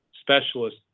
specialist